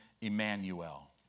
Emmanuel